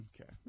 okay